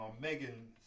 Megan